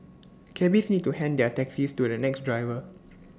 cabbies need to hand their taxis to the next driver